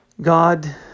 God